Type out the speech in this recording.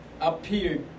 Appeared